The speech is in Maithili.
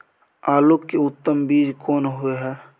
आलू के उत्तम बीज कोन होय है?